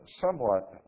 somewhat